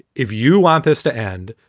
if you want this to end,